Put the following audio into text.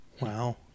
Wow